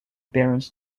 barons